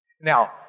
Now